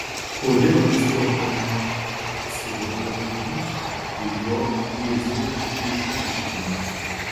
kodėl vis dėlto nepakanka apsiriboti nyče ir jo ėsdinančiu išaiškinimu